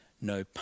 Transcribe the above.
no